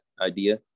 idea